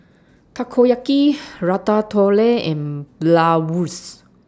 Takoyaki Ratatouille and Bratwurst